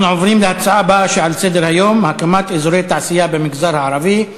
אנחנו עוברים להצעה הבאה שעל סדר-היום: הקמת אזורי תעשייה במגזר הערבי,